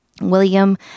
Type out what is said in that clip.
William